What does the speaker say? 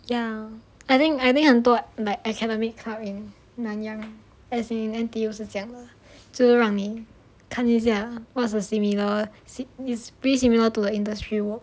ya I think I think 很多 like academic club in nanyang as in N_T_U 是这样子就是让你看一下 what's the similar si~ pretty similar to the industry work